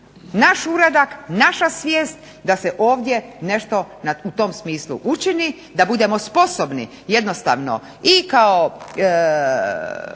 naš uradak, naša svijest da se ovdje nešto u tom smislu učini, da budemo sposobni jednostavno i kao